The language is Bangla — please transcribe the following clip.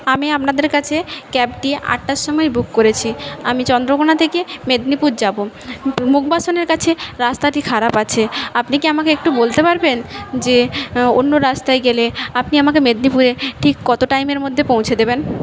আমি আপনাদের কাছে ক্যাবটি আটটার সময় বুক করেছি আমি চন্দ্রকোনা থেকে মেদিনীপুর যাবো মুখবাসনের কাছে রাস্তাটি খারাপ আছে আপনি কি আমাকে একটু বলতে পারবেন যে অন্য রাস্তায় গেলে আপনি আমাকে মেদিনীপুরে ঠিক কত টাইমের মধ্যে পৌঁছে দেবেন